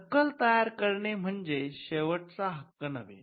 नक्कल तयार करणे म्हणजे शेवटचा हक्क नव्हे